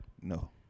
No